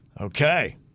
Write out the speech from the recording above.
Okay